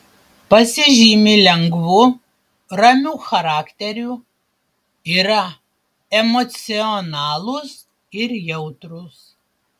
pasižymi lengvu ramiu charakteriu yra emocionalūs ir jautrūs